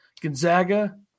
Gonzaga